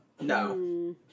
No